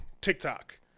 TikTok